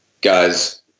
guys